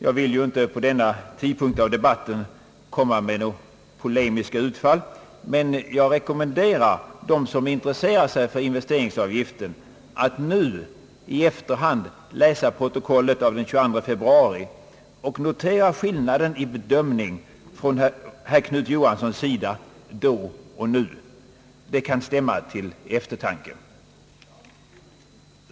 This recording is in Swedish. Jag vill inte i detta skede av debatten göra några polemiska utfall, men jag rekommenderar dem som intresserar sig för investeringsavgiften att i efterhand läsa protokollet av den 22 februari och notera skillnaden i bedömning från herr Knut Johanssons sida då och nu; det kan stämma till eftertanke.